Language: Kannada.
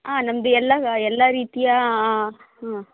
ಆಂ ನಮ್ದು ಎಲ್ಲ ಎಲ್ಲ ರೀತಿಯ ಹ್ಞ